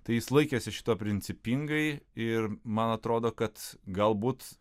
tai jis laikėsi šito principingai ir man atrodo kad galbūt